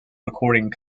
recording